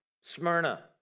Smyrna